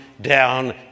down